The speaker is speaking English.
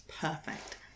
perfect